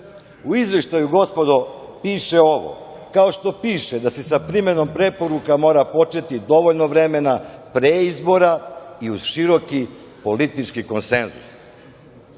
Izveštaju, gospodo, piše ovo, kao što piše da se sa primenom preporuka mora početi dovoljno vremena pre izbora i uz široki politički konsenzus. Sve